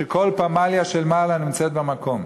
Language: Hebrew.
שכל פמליה של מעלה נמצאת במקום?